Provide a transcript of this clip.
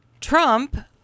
Trump